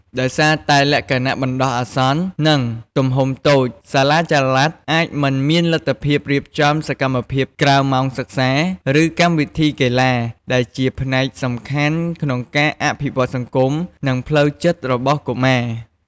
ដោយសារតែលក្ខណៈបណ្ដោះអាសន្ន និងទំហំតូច សាលាចល័តអាចមិនមានលទ្ធភាពរៀបចំសកម្មភាពក្រៅម៉ោងសិក្សា ឬកម្មវិធីកីឡា ដែលជាផ្នែកសំខាន់ក្នុងការអភិវឌ្ឍសង្គម និងផ្លូវចិត្តរបស់កុមារ។